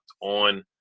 On